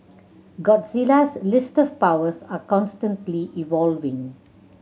Godzilla's list of powers are constantly evolving